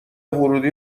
ورودی